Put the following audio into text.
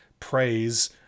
praise